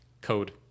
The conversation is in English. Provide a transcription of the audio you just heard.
code